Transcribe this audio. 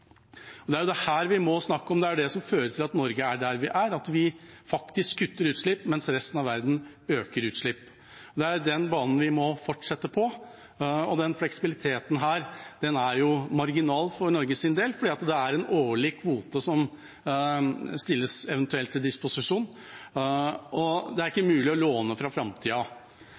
vi må snakke om. Det er dette som fører til at Norge er der vi er, at vi faktisk kutter utslipp, mens resten av verden øker utslippene. Det er den banen vi må fortsette på. Fleksibiliteten er marginal for Norges del, for det er en årlig kvote som eventuelt stilles til disposisjon, og det er ikke mulig å låne fra framtida.